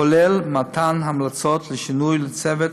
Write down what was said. כולל מתן המלצות לשינוי לצוות